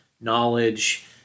knowledge